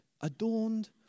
adorned